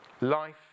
Life